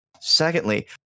Secondly